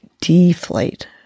deflate